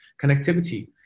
connectivity